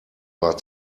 war